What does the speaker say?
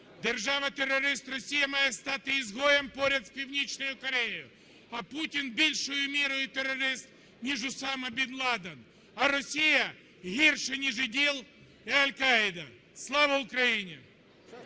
Держава-терорист Росія має стати ізгоєм поряд з Північною Кореєю, а Путін більшою мірою терорист ніж Усама бен Ладен, а Росія гірше ніж ІГІЛ і Аль-Каїда. Слава Україні!